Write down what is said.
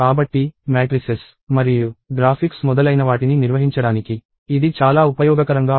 కాబట్టి మ్యాట్రిసెస్ మరియు గ్రాఫిక్స్ మొదలైనవాటిని నిర్వహించడానికి ఇది చాలా ఉపయోగకరంగా ఉంటుంది